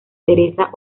teresa